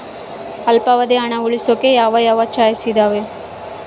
ಅಲ್ಪಾವಧಿ ಹಣ ಉಳಿಸೋಕೆ ಯಾವ ಯಾವ ಚಾಯ್ಸ್ ಇದಾವ?